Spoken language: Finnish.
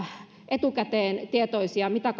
etukäteen tietoisia siitä mitä